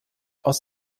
aus